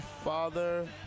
father